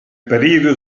periodo